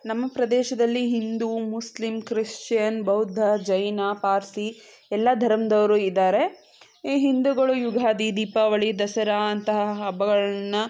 ನಮ್ಮ ಪ್ರದೇಶದಲ್ಲಿ Hindu Muslim Christian Bauddha Jain Parsi ಎಲ್ಲ ಧರ್ಮದವ್ರು ಇದ್ದಾರೆ ಈ ಹಿಂದೂಗಳು ಯುಗಾದಿ ದೀಪಾವಳಿ ದಸರಾ ಅಂತಹ ಹಬ್ಬಗಳನ್ನ